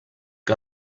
que